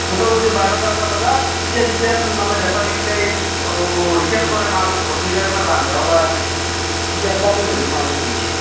মোটামুটি বাৰটা এটা বজাত এতিয়া যেতিয়া মানে বেপাৰীগিলাই অ ৰিটাৰ্ন কৰে মাল ঘৰত নিবৰ কাৰণে বান্ধিব ওলায় তেতিয়া কমত হ'লেও মালটো দি দিয়ে